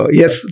yes